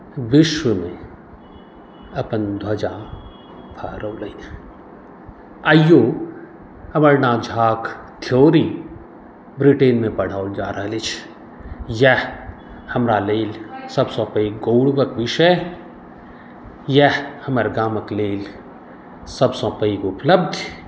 विश्वमे अपन ध्वजा फहरौलनि आइयो अमरनाथ झाक थ्योरी ब्रिटेनमे पढ़ाओल जा रहल अछि इएह हमरा लेल सभसँ पैघ गौरवक विषय इएह हमर गामक लेल सभसँ पैघ उपलब्धि